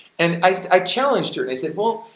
and i so i challenged her and i said well,